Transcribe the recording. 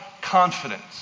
confidence